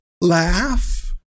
laugh